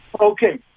Okay